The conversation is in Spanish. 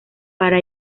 para